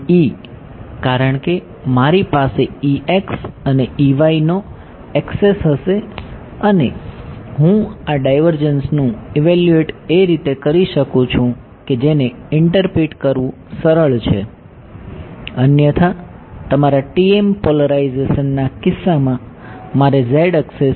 TE કારણ કે મારી પાસે અને નો એક્સેસ હશે અને હું આ ડાઈવર્જન્સનું ઇવેલ્યુએટ એ રીતે કરી શકું છું કે જેને ઇન્ટરપીટ કરવું સરળ છે અન્યથા તમારા TM પોલેરાઇઝેશનના કિસ્સામાં મારે z axis ને જોવું પડશે